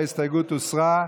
ההסתייגות הוסרה.